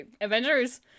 avengers